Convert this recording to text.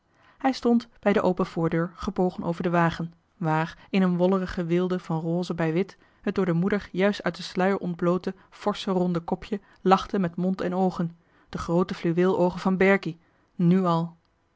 hij stond bij de open voordeur gebogen over den wagen waar in een wollerige weelde van rose bij wit het door de moeder juist uit den sluier ontbloote forsche ronde kopje lachte met mond en oogen de groote fluweeloogen van berkie nu al